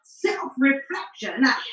Self-reflection